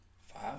five